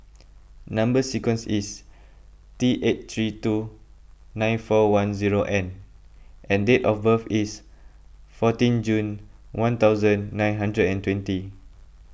Number Sequence is T eight three two nine four one zero N and date of birth is fourteen June one thousand nine hundred and twenty